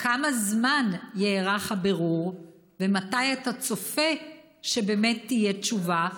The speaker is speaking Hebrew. כמה זמן יארך הבירור, ומתי אתה צופה שתהיה תשובה?